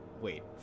wait